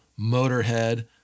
Motorhead